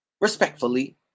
respectfully